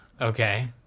Okay